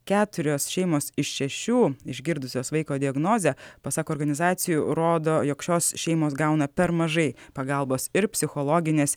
keturios šeimos iš šešių išgirdusios vaiko diagnozę pasak organizacijų rodo jog šios šeimos gauna per mažai pagalbos ir psichologinės